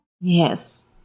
Yes